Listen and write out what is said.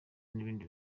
n’ibindi